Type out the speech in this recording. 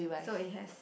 so it has